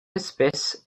espèce